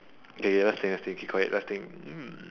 okay let's think let's think keep quiet let's think mm